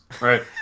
right